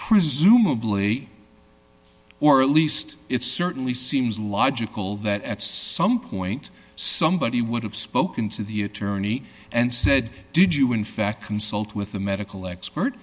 presumably or at least it certainly seems logical that at some point somebody would have spoken to the attorney and said did you in fact consult with the medical expert